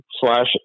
slash